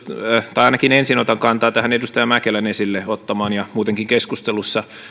tai ainakin ensin otan kantaa edustaja mäkelän esille ottamaan ja muutenkin keskustelussa